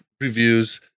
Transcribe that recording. reviews